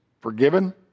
forgiven